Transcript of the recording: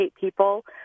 people